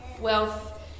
wealth